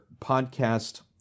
podcast